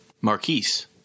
Marquise